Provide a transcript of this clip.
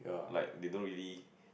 like they don't really